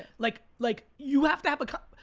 like like you have to have, kind of